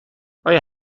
آیا